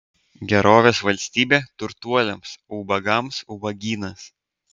gerovės valstybė turtuoliams o ubagams ubagynas